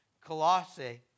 Colossae